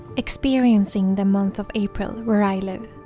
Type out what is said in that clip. experiencing the month of april where i live,